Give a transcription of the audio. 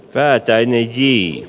väätäinen hi i